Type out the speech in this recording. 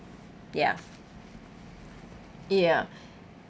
ya ya